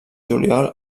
juliol